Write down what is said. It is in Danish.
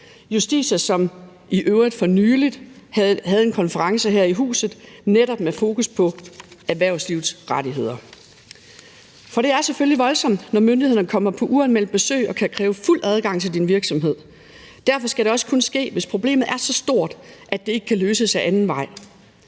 Justitia, som i øvrigt for nylig havde en konference her i huset netop med fokus på erhvervslivets rettigheder. For det er selvfølgelig voldsomt, når myndighederne kommer på uanmeldt besøg og kan kræve fuld adgang til din virksomhed. Derfor skal det også kun ske, hvis problemet er så stort, at det ikke kan løses ad anden vej.